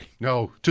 No